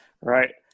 right